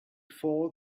fall